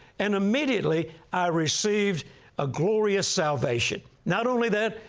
and immediately i received a glorious salvation. not only that,